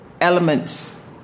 elements